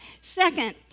Second